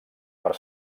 per